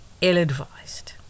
ill-advised